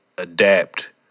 Adapt